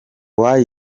why